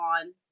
on